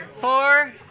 four